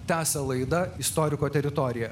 tęsia laida istoriko teritorija